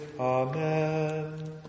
Amen